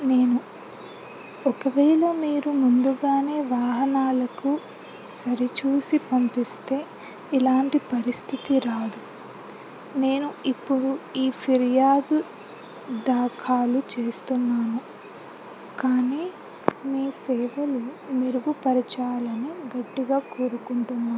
నేను ఒకవేళ మీరు ముందుగానే వాహనాలకు సరిచూసి పంపిస్తే ఇలాంటి పరిస్థితి రాదు నేను ఇప్పుడు ఈ ఫిర్యాదు దాఖలు చేస్తున్నాను కానీ మీ సేవలు మెరుగుపరిచాలని గట్టిగా కోరుకుంటున్నాను